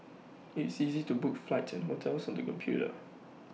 IT is easy to book flights and hotels on the computer